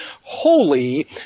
holy